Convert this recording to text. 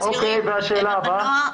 והצעירים --- השאלה הבאה.